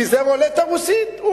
כי זה רולטה רוסית.